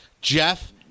Jeff